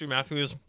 Matthews